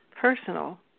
personal